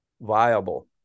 viable